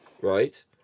right